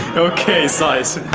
okay size